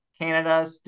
Canada